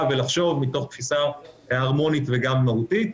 ולחשוב מתוך תפיסה הרמונית וגם מהותית.